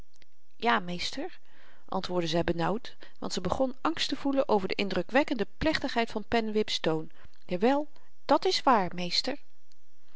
ja meester antwoordde zy benauwd want ze begon angst te voelen over de indrukwekkende plechtigheid van pennewip's toon jawel dat is waar meester